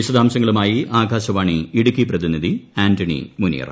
വിശദാംശങ്ങളുമായി ആകാശവാണി ഇടുക്കി പ്രതിനിധി ആന്റണി മുനിയറ